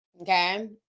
Okay